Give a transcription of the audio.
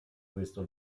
questo